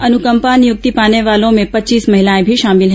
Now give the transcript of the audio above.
अनुकंपा नियुक्ति पाने वालों में पच्चीस महिलाएं भी शामिल हैं